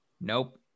nope